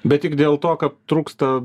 bet tik dėl to kad trūksta